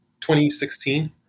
2016